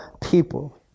people